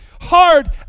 hard